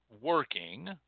working